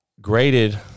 graded